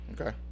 Okay